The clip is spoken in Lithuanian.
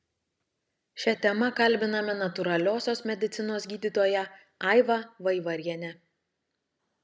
šia tema kalbiname natūraliosios medicinos gydytoją aivą vaivarienę